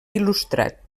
il·lustrat